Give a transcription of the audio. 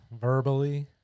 verbally